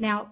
now